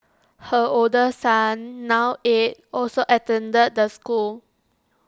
her older son now eight also attended the school